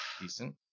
decent